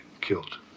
killed